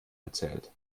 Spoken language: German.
erzählt